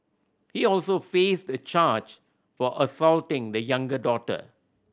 he also faced a charge for assaulting the younger daughter